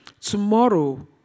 tomorrow